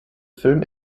film